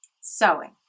Sewing